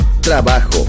trabajo